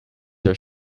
are